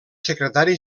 secretari